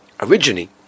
Originally